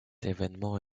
événement